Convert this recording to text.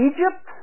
Egypt